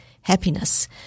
happiness